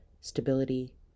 stability